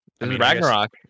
Ragnarok